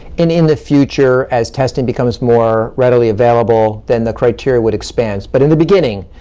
in in the future as testing becomes more readily available, then the criteria would expand. but in the beginning,